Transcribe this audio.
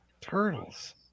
Turtles